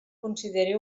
consideri